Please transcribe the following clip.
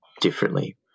differently